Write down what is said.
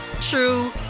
true